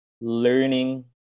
learning